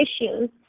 issues